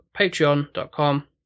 patreon.com